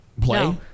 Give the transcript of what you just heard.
Play